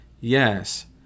Yes